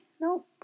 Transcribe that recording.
Nope